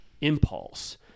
impulse